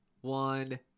one